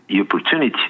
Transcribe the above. opportunity